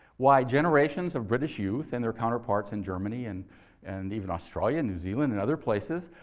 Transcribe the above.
why generations of british youth and their counterparts in germany, and and even australia, new zealand, and other places,